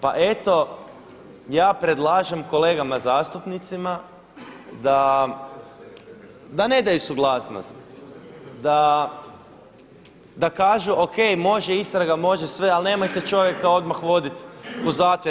Pa eto ja predlažem kolegama zastupnici da ne daju suglasnost, da kažu, O.K, može istraga, može sve, ali nemojte čovjeka odmah voditi u zatvor.